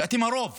כי אתם הרוב